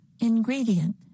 Ingredient